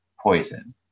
poison